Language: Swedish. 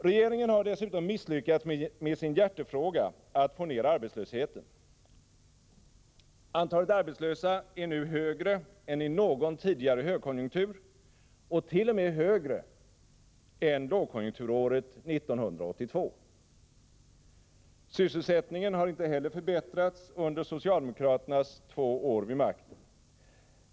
Regeringen har dessutom misslyckats med sin hjärtefråga, att få ner arbetslösheten. Antalet arbetslösa är nu större än i någon tidigare högkonjunktur och t.o.m. större än lågkonjunkturåret 1982. Sysselsättningen har inte heller förbättrats under socialdemokraternas två år vid makten.